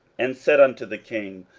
and said unto the king,